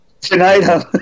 Tonight